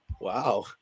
Wow